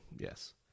Yes